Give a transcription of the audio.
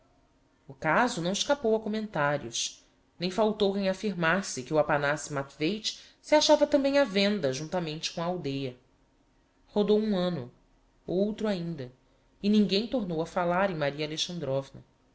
o caso não escapou a commentarios nem faltou quem affirmasse que o aphanassi matveich se achava tambem á venda juntamente com a aldeia rodou um anno outro ainda e ninguem tornou a falar em maria